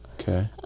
Okay